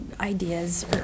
ideas